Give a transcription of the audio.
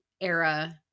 era